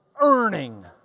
earning